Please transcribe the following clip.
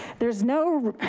there's no